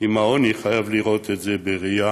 עם העוני חייב לראות את זה בראייה